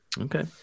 Okay